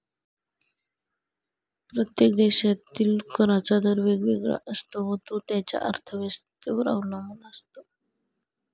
प्रत्येक देशातील कराचा दर वेगवेगळा असतो व तो त्या देशाच्या अर्थव्यवस्थेवर अवलंबून असतो